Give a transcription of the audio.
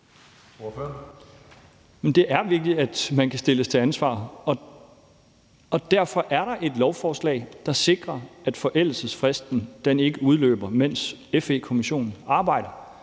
Det er vigtigt, at man kan stilles til ansvar, og derfor er der et lovforslag, der sikrer, at forældelsesfristen ikke udløber, mens FE-kommissionen arbejder.